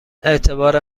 اعتبار